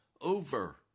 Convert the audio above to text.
over